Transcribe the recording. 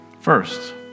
First